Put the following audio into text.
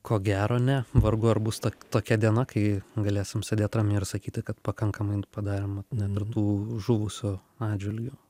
ko gero ne vargu ar bus ta tokia diena kai galėsim sėdėt ramiai ir sakyti kad pakankamai padarėm net ir tų žuvusių atžvilgiu